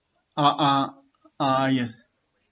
ah ah ah yes